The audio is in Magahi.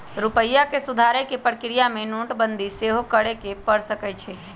रूपइया के सुधारे कें प्रक्रिया में नोटबंदी सेहो करए के पर सकइय